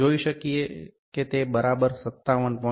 આપણે જોઈ શકીએ કે તે બરાબર 57